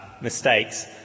mistakes